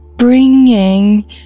Bringing